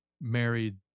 married